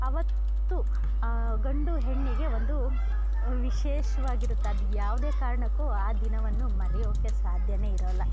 ಅವತ್ತು ಆ ಗಂಡು ಹೆಣ್ಣಿಗೆ ಒಂದು ವಿಶೇಷವಾಗಿರುತ್ತೆ ಅದು ಯಾವುದೇ ಕಾರ್ಣಕ್ಕು ಆ ದಿನವನ್ನು ಮರೆಯೋಕ್ಕೆ ಸಾಧ್ಯ ಇರೋಲ್ಲ